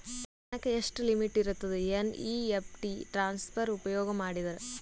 ದಿನಕ್ಕ ಎಷ್ಟ ಲಿಮಿಟ್ ಇರತದ ಎನ್.ಇ.ಎಫ್.ಟಿ ಟ್ರಾನ್ಸಫರ್ ಉಪಯೋಗ ಮಾಡಿದರ?